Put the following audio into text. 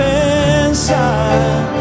inside